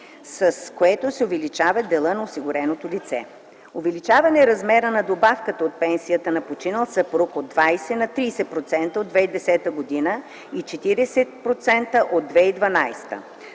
с което се увеличава делът на осигуреното лице; - увеличаване размера на добавката от пенсията на починал съпруг от 20% на 30% от 2010 г. и 40% от 2012 г.;